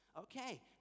Okay